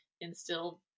instill